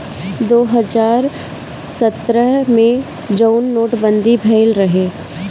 दो हज़ार सत्रह मे जउन नोट बंदी भएल रहे